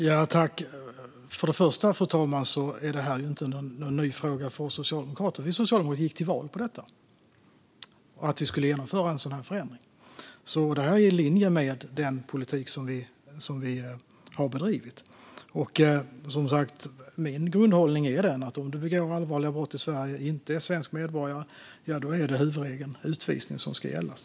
Fru talman! Först och främst är detta inte någon ny fråga för oss socialdemokrater. Vi socialdemokrater gick till val på att vi skulle genomföra en sådan förändring. Detta är alltså i linje med den politik som vi har bedrivit. Min grundhållning är, som sagt, att om man begår allvarliga brott i Sverige och inte är svensk medborgare ska huvudregeln utvisning gälla.